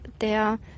der